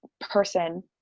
person